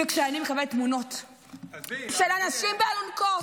כשאני מקבלת תמונות של אנשים באלונקות,